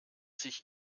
sich